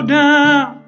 down